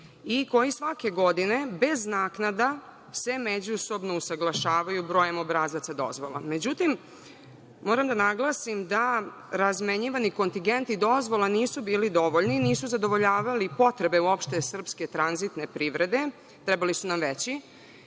Kao i svake godine, bez naknada, se međusobno usaglašavaju brojem obrazaca dozvola.Međutim, moram da naglasim da razmenjivani kontigenti dozvola nisu bili dovoljni, nisu zadovoljavali potrebe, uopšte srpske tranzitne privrede. Trebali su nam veći,